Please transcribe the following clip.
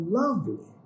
lovely